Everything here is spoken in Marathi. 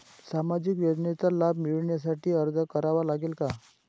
सामाजिक योजनांचा लाभ मिळविण्यासाठी अर्ज करावा लागेल का?